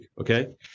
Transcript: Okay